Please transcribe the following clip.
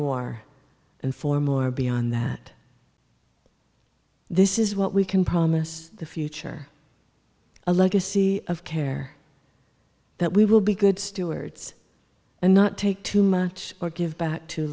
more and four more beyond that this is what we can promise the future a legacy of care that we will be good stewards and not take too much or give back to